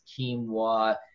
quinoa